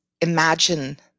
imagine